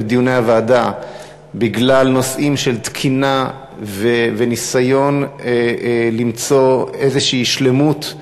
בדיוני הוועדה בגלל נושאים של תקינה וניסיון למצוא איזושהי שלמות,